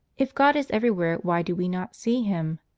if god is everywhere, why do we not see him?